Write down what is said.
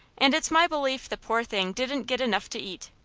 and it's my belief the poor thing didn't get enough to eat.